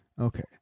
Okay